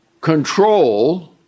control